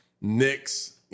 Knicks